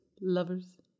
lovers